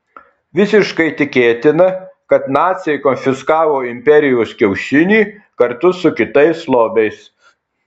visiškai tikėtina kad naciai konfiskavo imperijos kiaušinį kartu su kitais lobiais